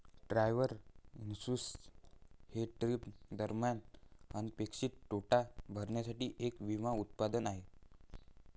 travel insurance हे trip दरम्यान अनपेक्षित तोटा भरण्यासाठी एक विमा उत्पादन आहे